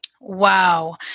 Wow